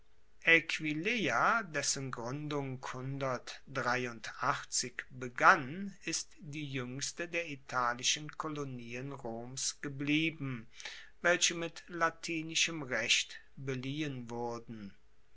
aquileia dessen gruendung begann ist die juengste der italischen kolonien roms geblieben welche mit latinischem recht beliehen wurden